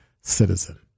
citizen